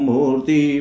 Murti